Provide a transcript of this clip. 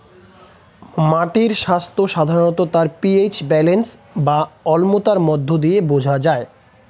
মাটির স্বাস্থ্য সাধারণত তার পি.এইচ ব্যালেন্স বা অম্লতার মধ্য দিয়ে বোঝা যায়